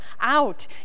out